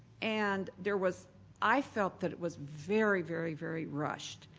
and there was i felt that it was very, very, very rushed.